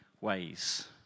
ways